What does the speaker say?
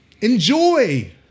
enjoy